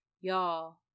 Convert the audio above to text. y'all